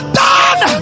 done